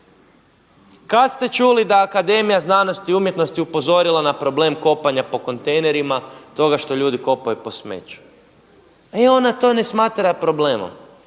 Kada ste čuli da je Akademija znanosti i umjetnosti upozorila na problem kopanja po kontejnerima, toga što ljudi kopaju po smeću? E ona to ne smatra problemom.